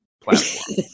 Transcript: platform